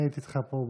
אני הייתי איתך פה.